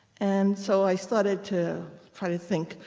and so i started to try to think.